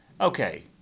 Okay